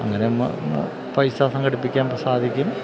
അങ്ങനെ പൈസ സംഘടിപ്പിക്കാൻ സാധിക്കും